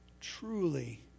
truly